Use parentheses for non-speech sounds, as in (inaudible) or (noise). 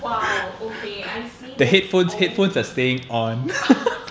!wow! okay I see that's o~ (noise)